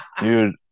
Dude